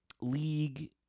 league